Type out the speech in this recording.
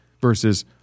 versus